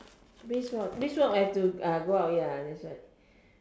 brisk walk brisk walk have to uh go out ya that's why